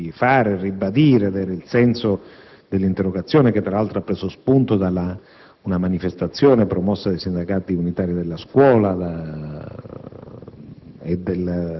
sento di fare e di ribadire (ed era il senso dell'interrogazione, che peraltro ha preso spunto da una manifestazione promossa dai sindacati unitari della scuola